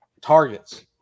targets